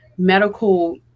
medical